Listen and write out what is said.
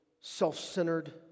self-centered